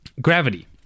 gravity